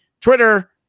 Twitter